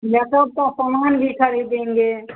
makeup का सामान भी खरीदेंगे